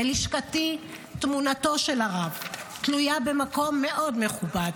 בלשכתי תמונתו של הרב תלויה במקום מאוד מכובד.